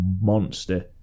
monster